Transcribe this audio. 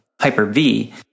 Hyper-V